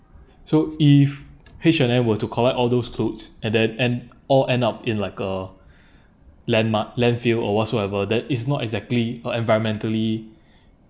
so if H&M were to collect all those clothes at then end all end up in like a landmark landfill or whatsoever that is not exactly or environmentally